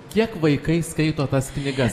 kiek vaikai skaito tas knygas